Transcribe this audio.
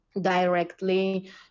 directly